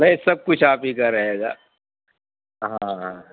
بھائی سب کچھ آپ ہی کا رہے گا ہاں ہاں